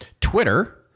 Twitter